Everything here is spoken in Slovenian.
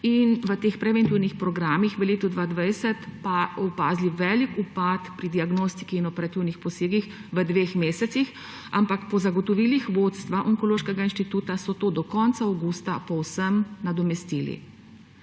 v teh preventivnih programih v letu 2020 opazili velik upad pri diagnostiki in operativnih posegih v dveh mesecih. Ampak po zagotovilih vodstva Onkološkega inštituta so to do konca avgusta povsem nadomestili.